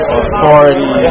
authority